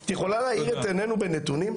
את יכולה להאיר את עייננו בנתונים.